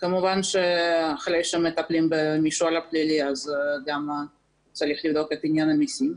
כמובן שאחרי שמטפלים במישור הפלילי אז גם צריך לבדוק את עניין המסים.